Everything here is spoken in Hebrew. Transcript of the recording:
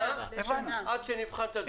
עד שנבחן את הדברים.